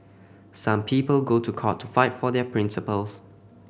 some people go to court to fight for their principles